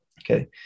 Okay